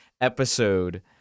episode